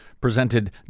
presented